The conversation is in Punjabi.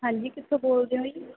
ਹਾਂਜੀ ਕਿੱਥੋਂ ਬੋਲਦੇ ਹੋ ਜੀ